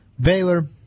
Baylor